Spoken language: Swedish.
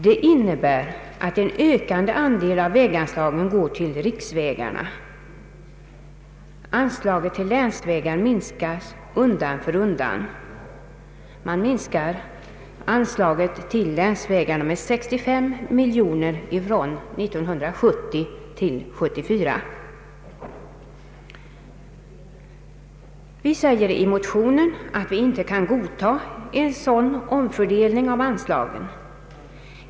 Det innebär att en ökad andel av väganslagen går till riksvägarna. Anslagen till länsvägarna minskas undan för undan. Från 1970 till 1974 minskas anslagen till länsvägarna med 65 miljoner kronor. I motionen framhåller vi att vi inte kan godta en sådan omfördelning av anslagen.